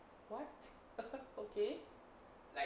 what okay